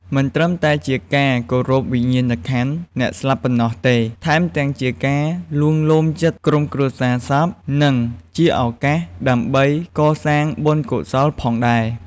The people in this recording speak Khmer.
មិនត្រឹមតែជាការគោរពវិញ្ញាណក្ខន្ធអ្នកស្លាប់ប៉ុណ្ណោះទេ ថែមទាំងជាការលួងលោមចិត្តក្រុមគ្រួសារសព និងជាឱកាសដើម្បីកសាងបុណ្យកុសលផងដែរ។